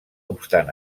obstant